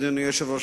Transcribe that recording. אדוני היושב-ראש,